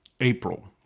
April